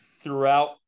throughout